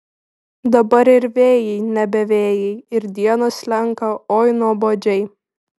dabar ir vėjai nebe vėjai ir dienos slenka oi nuobodžiai